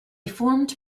formed